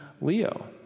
Leo